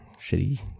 shitty